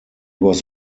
was